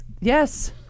Yes